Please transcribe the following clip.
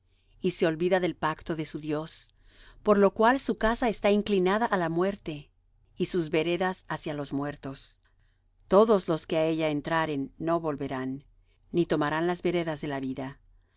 y se olvida del pacto de su dios por lo cual su casa está inclinada á la muerte y sus veredas hacia los muertos todos los que á ella entraren no volverán ni tomarán las veredas de la vida